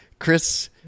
Chris